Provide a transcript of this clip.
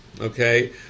Okay